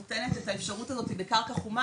המדינה נותנת את האפשרות הזאת בקרקע חומה,